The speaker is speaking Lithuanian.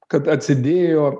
kad atsidėjo